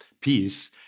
peace